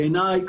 בעיניי,